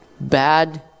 bad